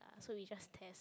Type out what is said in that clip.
so we just test